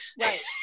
right